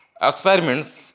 experiments